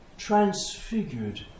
transfigured